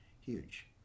Huge